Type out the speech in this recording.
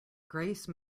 grace